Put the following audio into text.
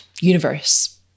universe